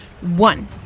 One